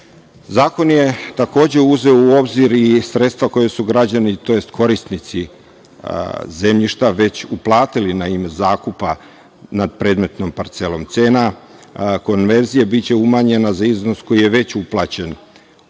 život. Zakon je takođe uzeo u obzir i sredstva koja su građani tj. korisnici zemljišta već uplatili na ime zakupa nad predmetnom parcelom. Cena konverzije biće umanjena za iznos koji je već uplaćen